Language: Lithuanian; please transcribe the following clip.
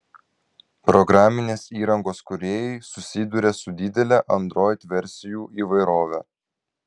programinės įrangos kūrėjai susiduria su didele android versijų įvairove